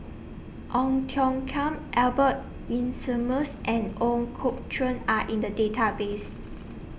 Ong Tiong Khiam Albert Winsemius and Ooi Kok Chuen Are in The Database